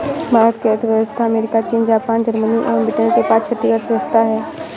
भारत की अर्थव्यवस्था अमेरिका, चीन, जापान, जर्मनी एवं ब्रिटेन के बाद छठी अर्थव्यवस्था है